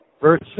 verse